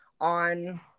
on